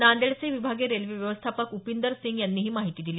नांदेडचे विभागीय रेल्वे व्यवस्थापक उपिंदर सिंग यांनी ही माहिती दिली